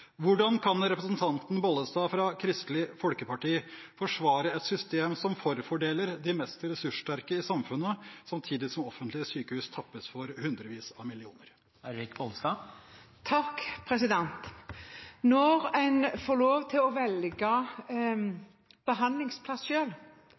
Hvordan kan representanten Bollestad fra Kristelig Folkeparti forsvare et system som forfordeler de mest ressurssterke i samfunnet, samtidig som offentlige sykehus tappes for hundrevis av millioner? Når en får lov til å velge